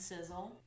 Sizzle